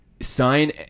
sign